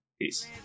Peace